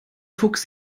fuchs